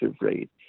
rate